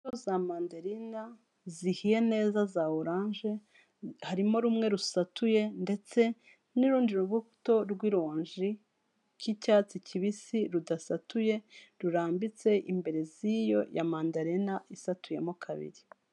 Imbuto za mandarena zihiye neza za oranje, harimo rumwe rusatuye ndetse n'urundi rubuto rw'ironji ry'icyatsi kibisi rudasatuye, rurambitse imbere z'iyo ya mandarena isatuyemo kabiri.